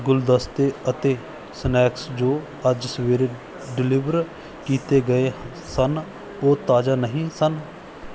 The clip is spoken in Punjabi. ਗੁਲਦਸਤੇ ਅਤੇ ਸਨੈਕਸ ਜੋ ਅੱਜ ਸਵੇਰੇ ਡਲੀਵਰ ਕੀਤੇ ਗਏ ਸਨ ਓਹ ਤਾਜ਼ਾ ਨਹੀਂ ਸਨ